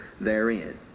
therein